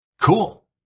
Cool